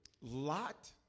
lot